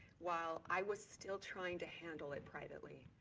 while i was still trying to handle it privately.